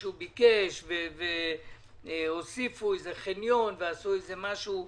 כשמישהו ביקש והוסיפו איזה חניון ועשו משהו קטן.